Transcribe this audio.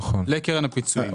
הרכישה לקרן הפיצויים.